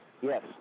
Yes